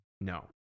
No